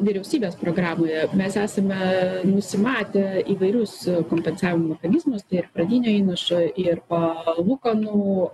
vyriausybės programoje mes esame nusimatę įvairius kompensavimo mechanizmus tai ir pradinio įnašo ir palūkanų